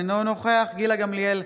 אינו נוכח גילה גמליאל,